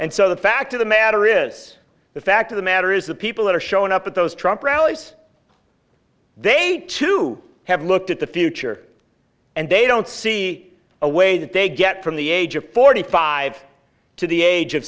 and so the fact of the matter is the fact of the matter is the people that are showing up at those trump rallies they too have looked at the future and they don't see a way that they get from the age of forty five to the age of